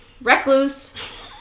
recluse